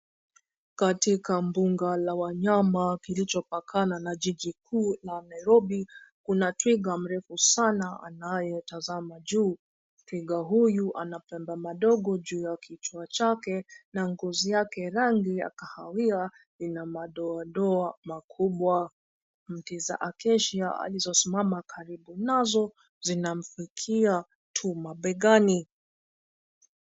Katika mbuga la wanyama kilichopakana na jiji kuu la Nairobi, kuna twiga mrefu sana anayetazama juu. Twiga huyu ana pembe madogo juu ya kichwa chake na ngozi yake rangi ya kahawia ina madoadoa makubwa. Mti za acacia alizosimama karibu nazo zinamfikia tu mabegani.